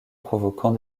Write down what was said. provoquant